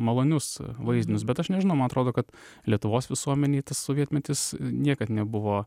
malonius vaizdinius bet aš nežinau man atrodo kad lietuvos visuomenei tas sovietmetis niekad nebuvo